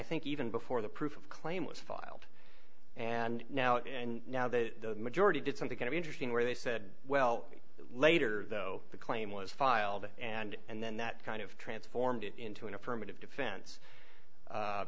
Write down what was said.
think even before the proof of claim was filed and now and now the majority did something kind of interesting where they said well later though the claim was filed and then that kind of transformed it into an affirmative defense